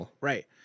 Right